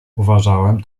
uważałem